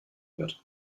wird